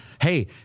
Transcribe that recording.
hey